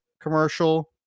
commercial